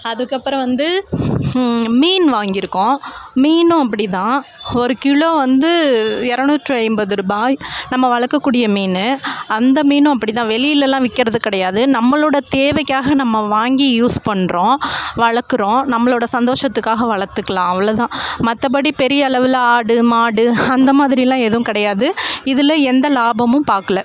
அதுக்கப்பறம் வந்து மீன் வாங்கிருக்கோம் மீனும் அப்படி தான் ஒரு கிலோ வந்து இரநூற்றி ஐம்பது ருபாய் நம்ம வளர்க்கக்கூடிய மீன் அந்த மீனும் அப்படி தான் வெளிலயெலாம் விற்கறது கிடையாது நம்மளோட தேவைக்காக நம்ம வாங்கி யூஸ் பண்ணுறோம் வளர்க்குறோம் நம்மளோட சந்தோஷத்துக்காக வளர்த்துக்குலாம் அவ்வளோ தான் மற்றபடி பெரிய அளவில் ஆடு மாடு அந்த மாதிரியிலாம் எதுவும் கிடையாது இதில் எந்த லாபமும் பார்க்கல